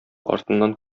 артыннан